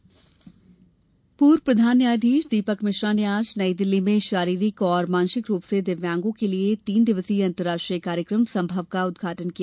दिव्यांग कार्यक्रम पूर्व प्रधान न्यायाधीश दीपक मिश्रा ने आज नई दिल्ली में शारीरिक और मानसिक रूप से दिव्यांगजनों के तीन दिवसीय अंतर्राष्ट्रीय कार्यक्रम संभव का उद्घाटन किया